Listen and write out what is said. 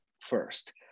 first